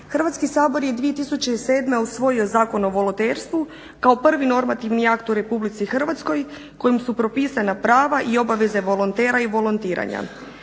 Hrvatski sabor je 2007. usvojio Zakon o volonterstvu kao prvi normativni akt u RH kojim su propisana prava i obaveze volontera i volontiranja.